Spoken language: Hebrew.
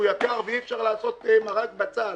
שהוא יקר ואי-אפשר לעשות מרק בצל.